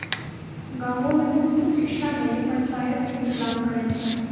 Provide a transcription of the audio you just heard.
गांवो मे मुफ्त शिक्षा लेली पंचायत इंतजाम करै छै